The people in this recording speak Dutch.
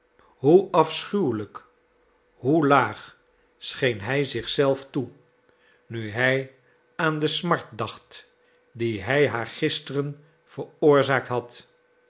hoe afschuwelijk hoe laag scheen hij zich zelf toe nu hij aan de smart dacht die hij haar gisteren veroorzaakt had